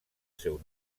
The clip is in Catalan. seu